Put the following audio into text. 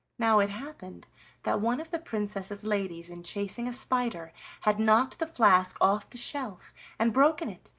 now it happened that one of the princess's ladies in chasing a spider had knocked the flask off the shelf and broken it,